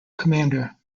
commander